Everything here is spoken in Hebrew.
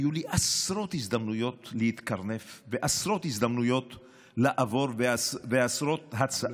היו לי עשרות הזדמנויות להתקרנף ועשרות הזדמנויות לעבור ועשרות הצעות,